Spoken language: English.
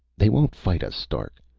they won't fight us, stark.